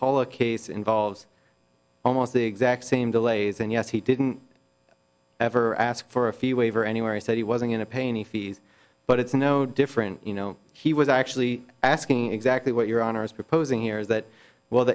paula case involves almost the exact same delays and yes he didn't ever ask for a fee waiver anywhere he said he wasn't in a pain and fees but it's no different you know he was actually asking exactly what your honor is proposing here is that well